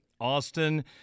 Austin